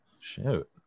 Shoot